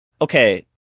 Okay